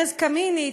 ארז קמיניץ,